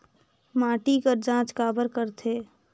माटी कर जांच काबर करथे?